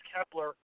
Kepler